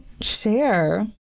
share